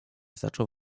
zaczął